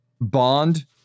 Bond